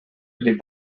les